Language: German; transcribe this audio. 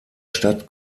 stadt